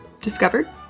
discovered